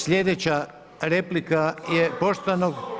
Slijedeća replika je poštovanog…